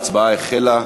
ההצבעה החלה.